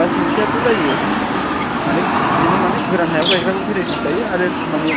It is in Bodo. बायसमतिआथ' जायो माने खिन्थु माने गोरान हायाव गायग्राबो भेरायटिस थायो आरो माने